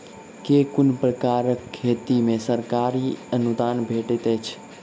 केँ कुन प्रकारक खेती मे सरकारी अनुदान भेटैत अछि?